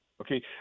okay